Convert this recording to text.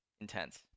intense